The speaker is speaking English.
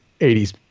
80s